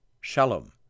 Shalom